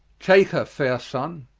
take her faire sonne,